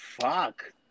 Fuck